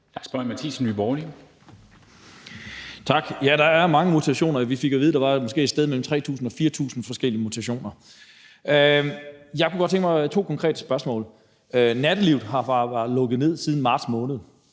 Lars Boje Mathiesen (NB): Tak. Ja, der er mange mutationer. Vi fik at vide, at der måske var et sted mellem 3.000 og 4.000 forskellige mutationer. Jeg kunne godt tænke mig at stille to konkrete spørgsmål: Nattelivet har været lukket ned siden marts måned.